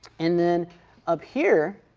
and then up here,